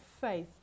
faith